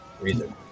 reason